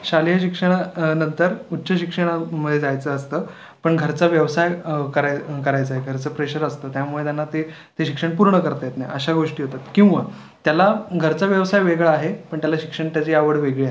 शालेय शिक्षणा नंतर उच्च शिक्षणामध्ये जायचं असतं पण घरचा व्यवसाय कराय करायचा आहे घरचं प्रेशर असतं त्यामुळे त्यांना ते ते शिक्षण पूर्ण करता येत नाही अशा गोष्टी होतात किंवा त्याला घरचा व्यवसाय वेगळा आहे पण त्याला शिक्षण त्याची आवड वेगळी आहे